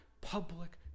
public